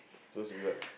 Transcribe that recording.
just go out